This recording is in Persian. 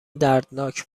دردناک